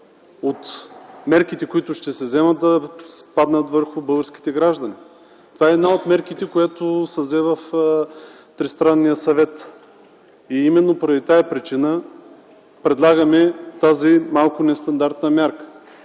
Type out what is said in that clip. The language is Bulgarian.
от мерките, които ще се вземат, да падне върху българските граждани. Това е една от мерките, която се взе в Тристранния съвет. Именно поради тази причина предлагаме тази малко нестандартна мярка.